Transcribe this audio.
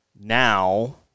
now